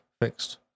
fixed